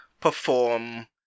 perform